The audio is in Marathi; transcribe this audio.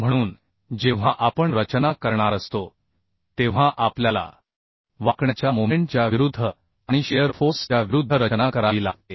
म्हणून जेव्हा आपण रचना करणार असतो तेव्हा आपल्याला बेन्डीगच्या मोमेंट च्या विरुद्ध आणि शिअर फोर्स च्या विरुद्ध रचना करावी लागते